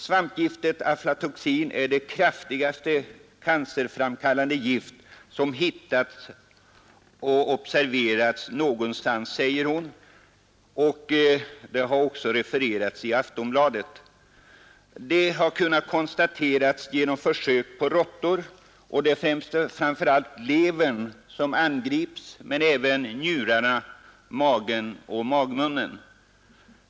Svampgiftet aflatoxin är det kraftigaste cancerframkallande gift som observerats någonstans, säger docent Nilsson enligt referat i Aftonbladet. Detta har kunnat konstateras genom försök på råttor, och det är framför allt levern som angrips men även njurarna, magen och magmunnen.